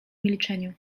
milczeniu